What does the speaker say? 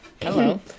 hello